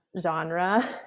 genre